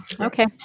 Okay